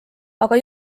aga